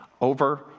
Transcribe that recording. over